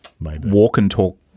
walk-and-talk